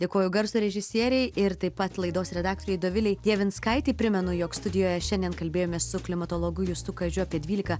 dėkoju garso režisieriai ir taip pat laidos redaktoriai dovilei javinskaitei primenu jog studijoje šiandien kalbėjomės su klimatologu justu kažiu apie dvylika